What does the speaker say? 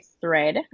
thread